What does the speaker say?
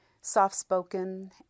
soft-spoken